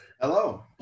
Hello